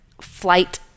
flight